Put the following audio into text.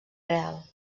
real